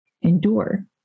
endure